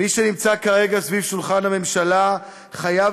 מי שנמצא כרגע סביב שולחן הממשלה חייב